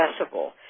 accessible